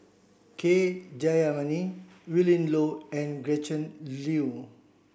K Jayamani Willin Low and Gretchen Liu